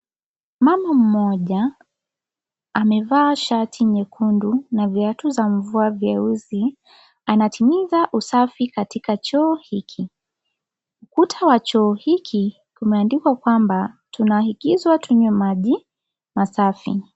Mama mmoja amevaa shati nyekundu na viatu za mvua vyeusi. Anatimiza usafi katika choo hiki. Ukuta wa choo hiki kimeandikwa kwamba tunaagizwa tunywe maji masafi.